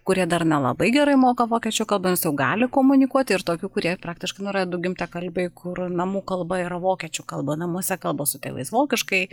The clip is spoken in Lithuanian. kurie dar nelabai gerai moka vokiečių kalbą nes jau gali komunikuoti ir tokių kurie praktiškai nu yra du gimtakalbiai kur namų kalba yra vokiečių kalba namuose kalba su tėvais vokiškai